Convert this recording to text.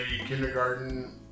kindergarten